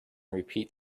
repeat